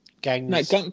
Gangs